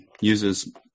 uses